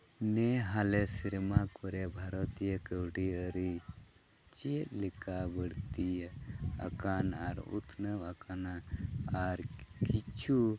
ᱱᱮ ᱦᱟᱞᱮ ᱥᱮᱨᱢᱟ ᱠᱚᱨᱮ ᱵᱷᱟᱨᱚᱛᱤᱭᱚ ᱠᱟᱹᱣᱰᱤᱭᱟᱹᱨᱤ ᱪᱮᱫ ᱞᱮᱠᱟ ᱵᱟᱹᱲᱛᱤ ᱟᱠᱟᱱ ᱟᱨ ᱩᱛᱱᱟᱹᱣ ᱟᱠᱟᱱᱟ ᱟᱨ ᱠᱤᱪᱷᱩ